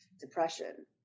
depression